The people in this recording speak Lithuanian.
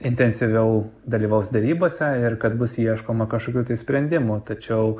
intensyviau dalyvaus derybose ir kad bus ieškoma kažkokių sprendimų tačiau